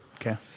Okay